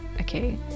Okay